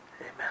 Amen